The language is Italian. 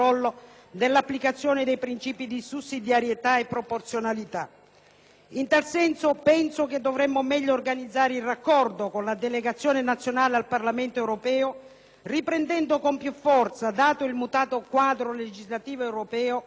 In tal senso, penso che dovremmo meglio organizzare il raccordo con la Delegazione nazionale al Parlamento europeo, riprendendo con più forza, dato il mutato quadro legislativo europeo, la regola degli incontri a cadenza regolare, tra i parlamentari europei